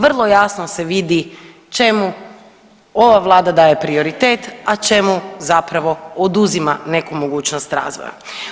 Vrlo jasno se vidi čemu ova vlada daje prioritet, a čemu zapravo oduzima neku mogućnost razvoja.